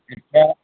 এতিয়া